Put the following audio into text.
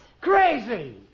Crazy